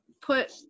put